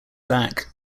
back